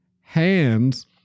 hands